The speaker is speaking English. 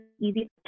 easy